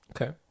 Okay